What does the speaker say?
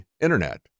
Internet